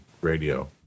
radio